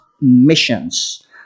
missions